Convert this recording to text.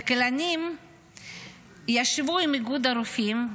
כלכלנים ישבו עם איגוד הרופאים,